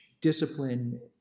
discipline